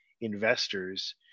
investors